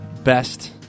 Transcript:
best